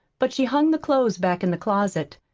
but she hung the clothes back in the closet,